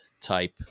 type